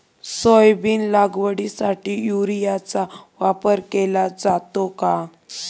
Soybean लागवडीसाठी युरियाचा वापर केला जातो का?